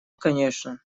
конечно